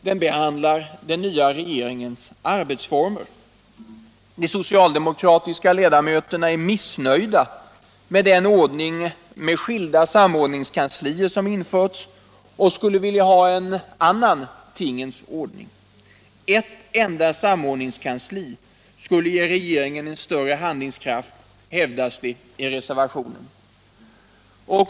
Den behandlar den nya regeringens arbetsformer. De socialdemokratiska ledamöterna är missnöjda med den ordning med skilda samordningskanslier som har införts och skulle vilja ha en annan tingens ordning. Ett enda samordningskansli skulle ge regeringen en större handlingskraft, hävdas det i reservationen.